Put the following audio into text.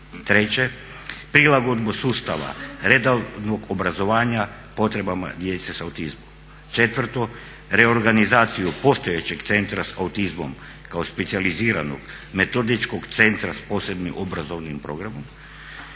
žive, 3.prilagodbu sustava redovnog obrazovanja potrebama djece s autizmom, 4.reorganizaciju postojećeg Centra s autizmom kao specijaliziranog metodičkog centra s posebnim obrazovnim programom,